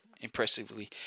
impressively